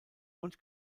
und